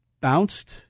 bounced